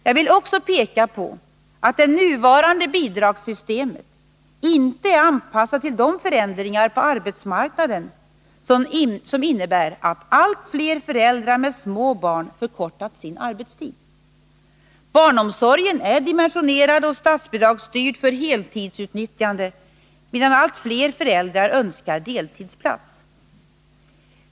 Jag vill också peka på att det nuvarande bidragssystemet inte är anpassat till de förändringar på arbetsmarknaden som innebär att allt fler föräldrar med små barn har förkortat sin arbetstid. Barnomsorgen är dimensionerad och statsbidragsstyrd för heltidsutnyttjande, medan allt fler föräldrar önskar deltidsplats.